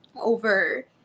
over